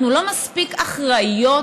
אנחנו לא מספיק אחראיות?